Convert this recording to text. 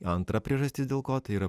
antra priežastis dėl ko tai yra